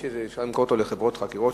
או שאפשר למכור אותו לחברות חקירות,